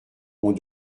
ont